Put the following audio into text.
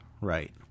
right